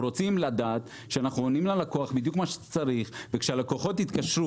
אנחנו רוצים לדעת שאנחנו עונים ללקוח בדיוק מה שצריך וכשהלקוחות יתקשרו,